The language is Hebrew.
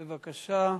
בבקשה.